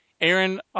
Aaron